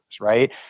right